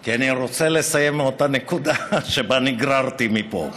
כי אני רוצה לסיים מאותה נקודה שבה נגררתי מפה,